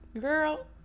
girl